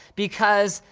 because,